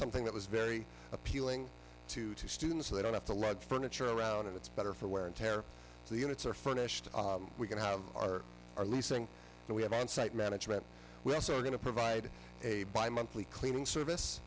something that was very appealing to two students so they don't have to lug furniture around and it's better for wear and tear the units are furnished we can have our leasing and we have on site management we're also going to provide a bi monthly cleaning service